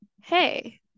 hey